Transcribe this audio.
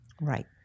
Right